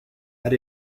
had